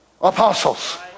Apostles